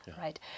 right